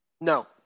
No